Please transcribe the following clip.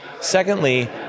Secondly